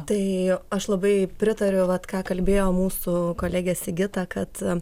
tai aš labai pritariu vat ką kalbėjo mūsų kolegė sigita kad